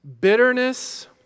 bitterness